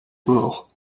bord